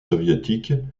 soviétiques